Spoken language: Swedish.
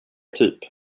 typ